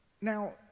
Now